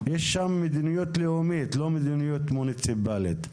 יש שם מדיניות לאומית, לא מדיניות מוניציפלית.